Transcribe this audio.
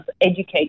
educate